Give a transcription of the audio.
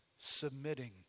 submitting